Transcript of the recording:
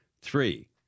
three